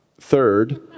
Third